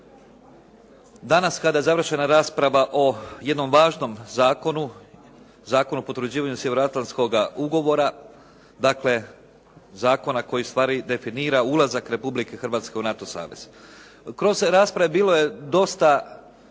Danas kada završena rasprava o jednom važnom zakonu, Zakonu o potvrđivanju Sjevernoatlantskoga ugovora, dakle zakona koji stvara i definira ulazak Republike Hrvatske u NATO savez. Kroz rasprave bilo je dosta